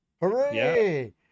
Hooray